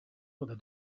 what